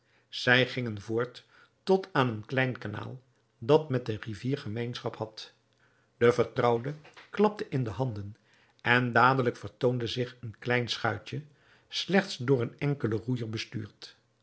zij gingen voort tot aan een klein kanaal dat met de rivier gemeenschap had de vertrouwde klapte in de handen en dadelijk vertoonde zich een klein schuitje slechts door een enkelen roeijer bestuurd